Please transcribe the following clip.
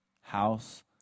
house